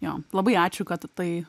jo labai ačiū kad tai